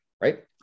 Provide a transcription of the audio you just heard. right